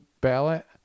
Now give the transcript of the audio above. ballot